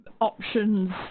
options